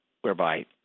whereby